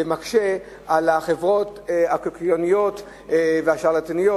מקשה על החברות הקיקיוניות והשרלטניות,